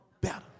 better